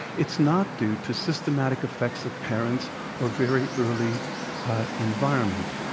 it's not due to systematic effects of parents or very early environment.